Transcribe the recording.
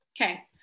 Okay